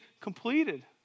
completed